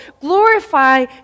glorify